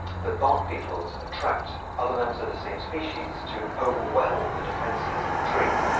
the bark beetles attract other members of the same species to overwhelm the defenses of a tree.